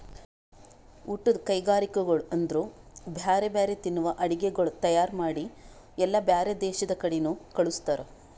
ಊಟದ್ ಕೈಗರಿಕೆಗೊಳ್ ಅಂದುರ್ ಬ್ಯಾರೆ ಬ್ಯಾರೆ ತಿನ್ನುವ ಅಡುಗಿಗೊಳ್ ತೈಯಾರ್ ಮಾಡಿ ಎಲ್ಲಾ ಬ್ಯಾರೆ ದೇಶದ ಕಡಿನು ಕಳುಸ್ತಾರ್